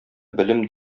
белем